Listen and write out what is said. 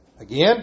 Again